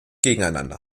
gegeneinander